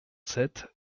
sept